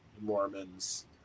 mormons